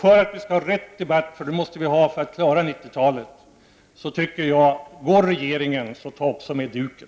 För att vi skall få rätt debatt, vilket vi måste ha för att klara 1990-talet, tycker jag: Om regeringen går, så tag också med duken.